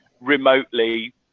remotely